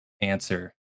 answer